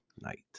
night